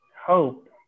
hope